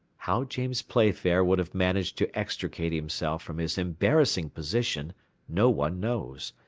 how james playfair would have managed to extricate himself from his embarrassing position no one knows,